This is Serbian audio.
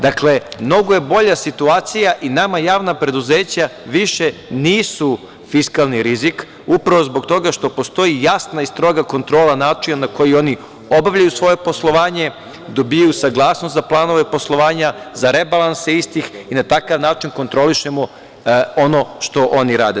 Dakle, mnogo je bolja situacija i nama javna preduzeća više nisu fiskalni rizik, upravo zbog toga što postoji jasna i stroga kontrola načina na koji oni obavljaju svoje poslovanje, dobijaju saglasnost za planove poslovanja, za rebalanse istih i na takav način kontrolišemo ono što oni rade.